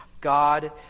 God